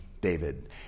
David